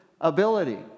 ability